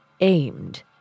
aimed